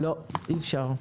אי אפשר.